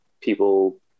people